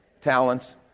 talents